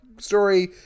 story